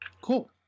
Cool